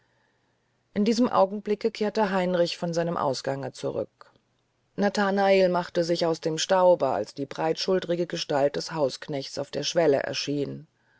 in diesem augenblicke kehrte heinrich von seinem ausgange zurück nathanael machte sich aus dem staube als die breitschultrige gestalt des hausknechts auf der schwelle erschien